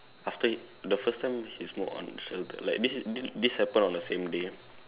after the first time he smoke on the shelter like this this this happened on the same day